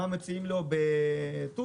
מה מציעים לו בתורכיה.